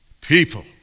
people